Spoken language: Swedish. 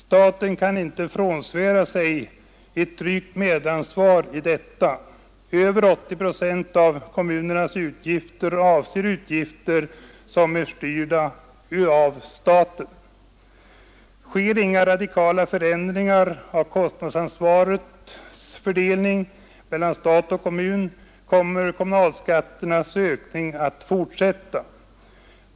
Staten kan inte frånsvära sig ett drygt medansvar för detta. Över 80 procent av kommunernas utgifter avser uppgifter som är styrda av staten. Sker inga radikala förändringar av kostnadsansvarets fördelning mellan stat och kommun, kommer kommunalskatternas ökning att fortsätta.